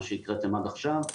מה שהקראתם עד עכשיו,